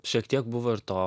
šiek tiek buvo ir to